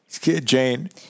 Jane